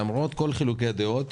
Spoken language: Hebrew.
למרות כל חילוקי הדעות,